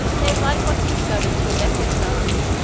they have likewise discovered two lesser stars,